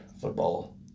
Football